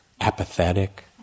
apathetic